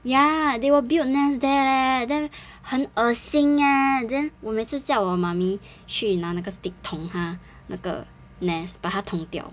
ya they will build nest there leh then 很恶心 eh then 我每次叫我 mummy 去拿那个 stick 捅它那个 nest 把它桶掉